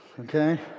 okay